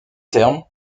terme